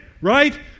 Right